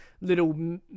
little